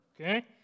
okay